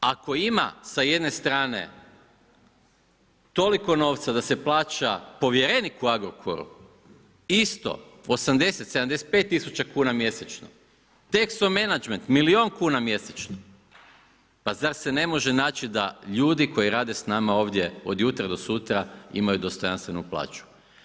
Ako ima sa jedne strane toliko novca da se plaća povjerenik u Agrokoru isto 80, 75 000 kuna mjesečno, Texo Management milijun kuna mjesečno, pa zar se ne može naći da ljudi koji rade s nama ovdje od jutra do sutra imaju dostojanstvenu plaću?